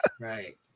Right